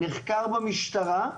נחקר במשטרה,